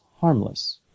harmless